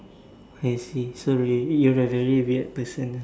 I see sorry you're a very weird person ah